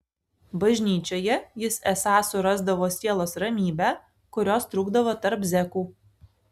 bažnyčioje jis esą surasdavo sielos ramybę kurios trūkdavo tarp zekų